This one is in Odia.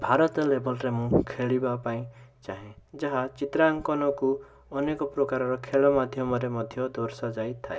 ଭାରତ ଲେବଲ୍ରେ ମୁଁ ଖେଳିବା ପାଇଁ ଚାହେଁ ଯାହା ଚିତ୍ରାଙ୍କନକୁ ଅନେକ ପ୍ରକାରର ଖେଳ ମାଧ୍ୟମରେ ମଧ୍ୟ ଦର୍ଶାଯାଇଥାଏ